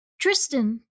Tristan